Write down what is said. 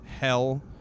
hell